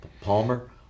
Palmer